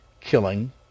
killing